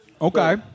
Okay